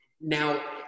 now